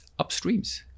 upstreams